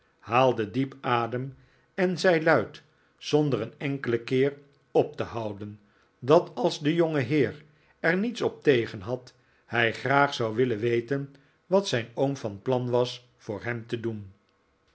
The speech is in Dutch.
haalde diep adem en zei luid zonder een enkelen keer op te houden dat als de jongeheer er niets op tegen had hij graag zou willen weten wat zijn oom van plan was voor hem te doen